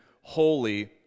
holy